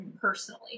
personally